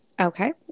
Okay